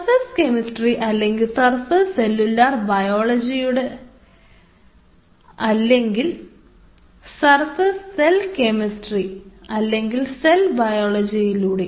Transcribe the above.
surface chemistry അല്ലെങ്കിൽ surface cellular ബയോളജിയിലൂടെ surface cell chemistry അല്ലെങ്കിൽ സെൽ ബയോളജിയിലൂടെ